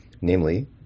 namely